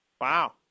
Wow